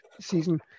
season